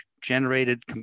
generated